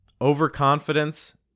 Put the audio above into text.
overconfidence